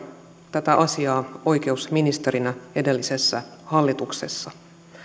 tätä asiaa oikeusministerinä edellisessä hallituksessa